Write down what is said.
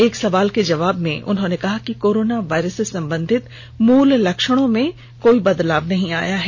एक सवाल के जवाब में उन्होंने कहा कि कोरोना वायरस से संबंधित मूल लक्षणों में कोई बदलाव नहीं आया है